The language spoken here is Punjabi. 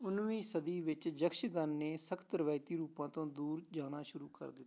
ਉਨੀਵੀਂ ਸਦੀ ਵਿੱਚ ਯਕਸ਼ਗਨ ਨੇ ਸਖ਼ਤ ਰਵਾਇਤੀ ਰੂਪਾਂ ਤੋਂ ਦੂਰ ਜਾਣਾ ਸ਼ੁਰੂ ਕਰ ਦਿੱਤਾ